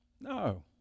No